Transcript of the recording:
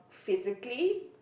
physically